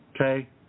okay